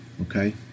okay